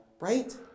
right